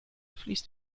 fließt